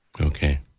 Okay